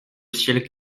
ciel